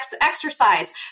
exercise